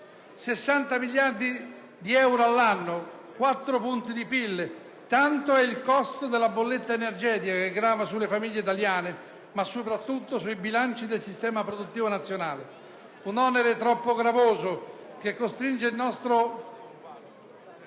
miliardi di euro all'anno: quattro punti di PIL, tanto è il costo della bolletta energetica che grava sulle famiglie italiane, ma soprattutto sui bilanci del sistema produttivo nazionale. Un onere troppo gravoso, che costringe il nostro